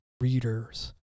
readers